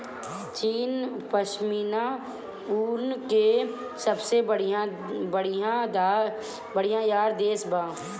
चीन पश्मीना ऊन के सबसे बड़ियार देश बा